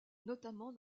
notamment